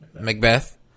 *Macbeth*